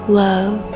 love